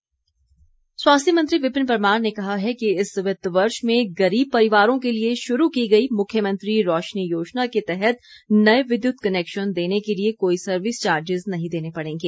विपिन परमार स्वास्थ्य मंत्री विपिन परमार ने कहा है कि इस वित्त वर्ष में गरीब परिवारों के लिए शुरू की गई मुख्यमंत्री रोशनी योजना के तहत नए विद्युत कनैक्शन देने के लिए कोई सर्विस चार्जिज नहीं देने पडेंगे